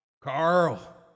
Carl